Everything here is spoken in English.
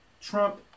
Trump